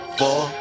four